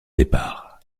départ